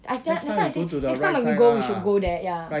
I tell that's why I say next time when we go we should go there ya